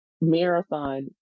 marathon